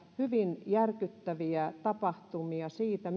hyvin järkyttäviä tapahtumia siitä